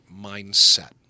mindset